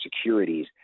securities